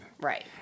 Right